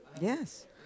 Yes